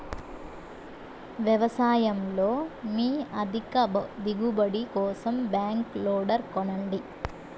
వ్యవసాయంలో మీ అధిక దిగుబడి కోసం బ్యాక్ లోడర్ కొనండి